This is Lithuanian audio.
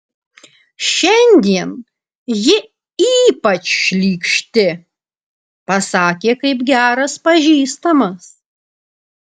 šiandien ji ypač šlykšti pasakė kaip geras pažįstamas